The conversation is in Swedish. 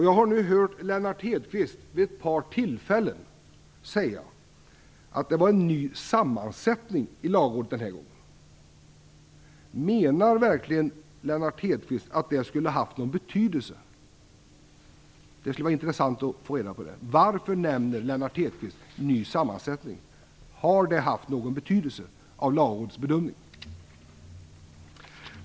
Jag har hört Lennart Hedquist vid ett par tillfällen säga att det var en ny sammansättning i Lagrådet den här gången. Menar verkligen Lennart Hedquist att det skulle ha haft någon betydelse? Det skulle vara intressant att få reda på det. Varför nämnde Lennart Hedquist sammansättningen? Har det haft någon betydelse för Lagrådets bedömning?